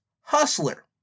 Hustler